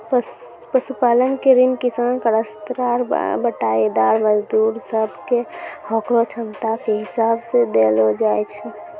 पशुपालन के ऋण किसान, कास्तकार, बटाईदार, मजदूर सब कॅ होकरो क्षमता के हिसाब सॅ देलो जाय छै